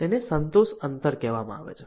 તેને સંતોષ અંતર કહેવામાં આવે છે